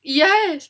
yes